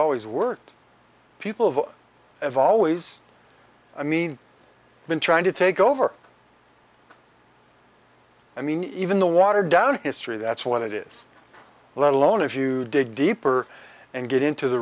always worked people of have always i mean been trying to take over i mean even the watered down history that's what it is let alone if you dig deeper and get into the